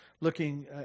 looking